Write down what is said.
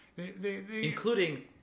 including